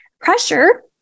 pressure